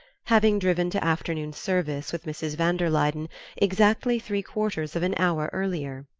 having driven to afternoon service with mrs. van der luyden exactly three quarters of an hour earlier.